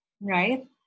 Right